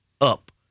up